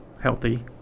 healthy